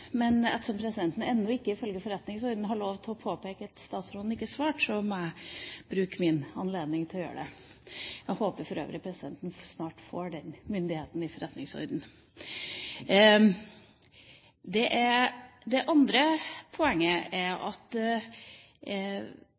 Men ettersom presidenten ifølge forretningsordenen ennå ikke har lov til å påpeke at statsråden ikke svarte, må jeg bruke min anledning til å gjøre det. Jeg håper for øvrig at presidenten snart får den myndigheten i forretningsordenen. Det andre poenget er det samme som Olemic Thommessen løftet. Dette er